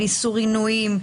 על איסור עינויים.